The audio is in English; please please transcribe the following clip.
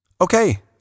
Okay